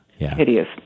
hideous